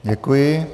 Děkuji.